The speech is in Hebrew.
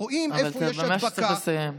אתה ממש צריך לסיים.